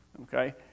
Okay